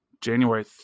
January